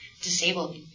Disabled